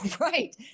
Right